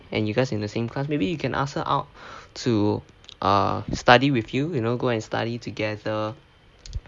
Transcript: and you guys in the same class maybe you can ask her out to err study with you you know go and study together